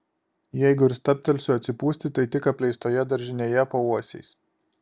jeigu ir stabtelsiu atsipūsti tai tik apleistoje daržinėje po uosiais